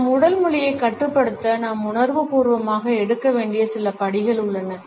நம் உடல் மொழியைக் கட்டுப்படுத்த நாம் உணர்வுபூர்வமாக எடுக்க வேண்டிய சில படிகள் உள்ளன